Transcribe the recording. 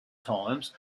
times